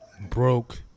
broke